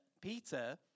Peter